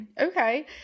Okay